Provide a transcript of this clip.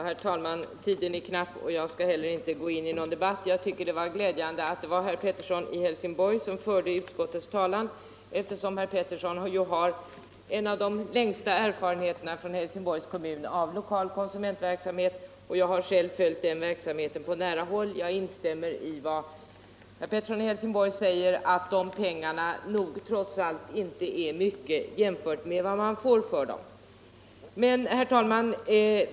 Herr talman! Tiden är som sagt knapp, och jag skall inte heller gå in i någon debatt. Det var glädjande att herr Pettersson i Helsingborg förde utskottets talan, eftersom herr Pettersson är en av dem som har längst erfarenhet av lokal konsumentverksamhet, i Helsingborgs kommun. Jag har själv följt den verksamheten på nära håll. Jag instämmer i herr Petterssons uttalande att det trots allt inte rör sig om mycket pengar jämfört med vad man får för dem. Herr talman!